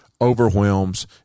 overwhelms